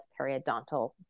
periodontal